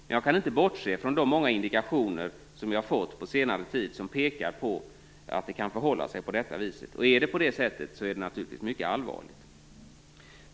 Men jag kan inte bortse från de många indikationer som jag har fått på senare tid som pekar på att det kan förhålla sig på detta sätt. Det är i så fall mycket allvarligt.